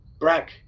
Brack